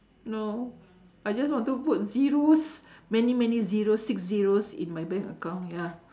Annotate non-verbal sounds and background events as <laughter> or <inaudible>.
no I just want to put zeros <breath> many many zeros six zeros in my bank account ya